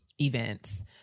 events